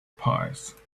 pies